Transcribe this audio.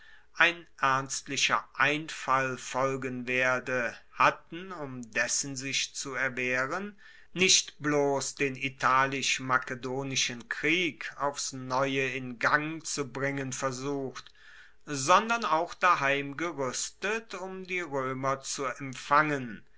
ein ernstlicher einfall folgen werde hatten um dessen sich zu erwehren nicht bloss den italisch makedonischen krieg aufs neue in gang zu bringen versucht sondern auch daheim geruestet um die roemer zu empfangen